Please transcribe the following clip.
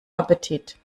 appetit